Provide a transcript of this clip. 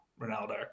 Ronaldo